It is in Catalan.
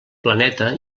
planeta